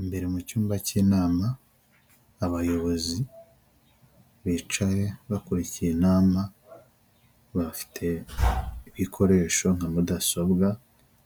Imbere mu cyumba cy'inama, abayobozi bicaye bakurikiye inama, bafite ibikoresho nka mudasobwa